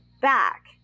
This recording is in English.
back